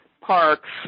parks